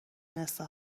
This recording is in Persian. ندونسته